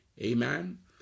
Amen